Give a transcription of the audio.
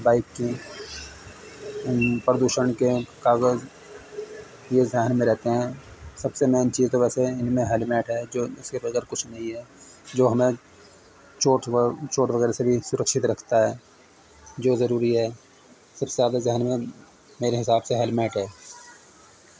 bike کی پردوشن کے کاغذ یہ ذہن میں رہتے ہیں سب سے مین چیز تو ویسے ان میں ہیلمیٹ ہے جو اس کے بغیر کچھ نہیں ہے جو ہمیں چوٹ وہ چوٹ وغیرہ سے بھی سرکشت رکھتا ہے جو ضروری ہے سب سے زیادہ ذہن میں میرے حساب سے ہیلمیٹ ہے